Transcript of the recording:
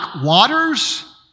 waters